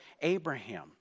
Abraham